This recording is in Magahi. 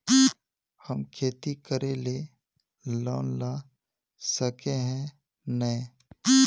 हम खेती करे ले लोन ला सके है नय?